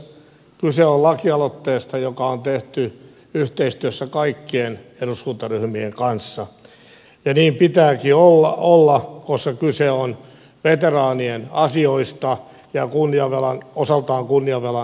kyse on lakialoitteesta joka on tehty yhteistyössä kaikkien eduskuntaryhmien kanssa ja niin pitääkin olla koska kyse on veteraanien asioista ja osaltaan kunniavelan maksamisesta